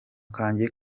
kanjye